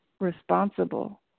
responsible